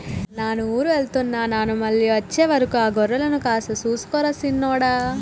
నాను ఊరు వెళ్తున్న నాను మళ్ళీ అచ్చే వరకు ఆ గొర్రెలను కాస్త సూసుకో రా సిన్నోడా